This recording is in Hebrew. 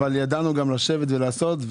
אבל ידענו גם לשבת ולעשות.